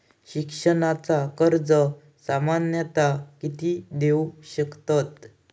शिक्षणाचा कर्ज सामन्यता किती देऊ शकतत?